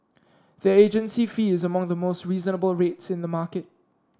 their agency fee is among the most reasonable rates in the market